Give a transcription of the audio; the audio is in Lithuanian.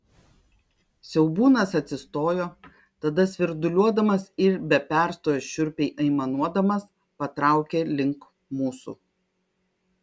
siaubūnas atsistojo tada svirduliuodamas ir be perstojo šiurpiai aimanuodamas patraukė link mūsų